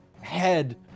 head